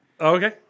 Okay